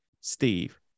Steve